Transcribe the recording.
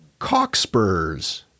cockspurs